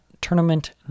tournament